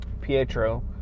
Pietro